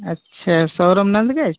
अच्छा सोरूम